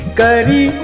kari